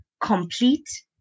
complete